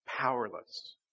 powerless